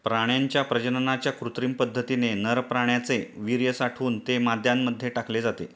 प्राण्यांच्या प्रजननाच्या कृत्रिम पद्धतीने नर प्राण्याचे वीर्य साठवून ते माद्यांमध्ये टाकले जाते